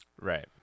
Right